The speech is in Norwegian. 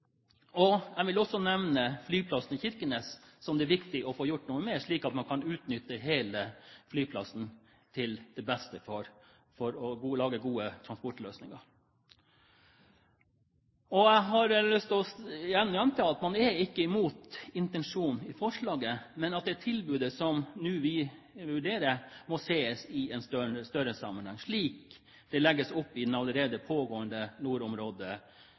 Jeg vil også nevne flyplassen i Kirkenes som det er viktig å få gjort noe med, slik at man kan utnytte hele flyplassen til det beste for å lage gode transportløsninger. Jeg har lyst til å gjenta at vi ikke er imot intensjonen i forslaget, men at det tilbudet som vi nå vurderer, må ses i en større sammenheng, slik det legges opp til i den allerede pågående